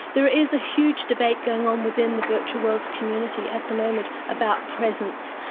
there is a huge debate going on within the virtual world's community at the moment about presence.